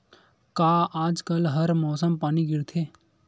का आज कल हर मौसम पानी गिरथे?